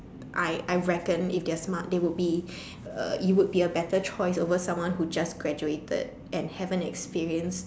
I I reckon if they're smart they would be you would be a better choice over someone who just graduated and haven't experienced